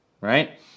right